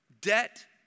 debt